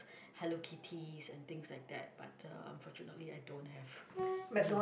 Hello-Kittys and things like that but uh unfortunately I don't have mmhmm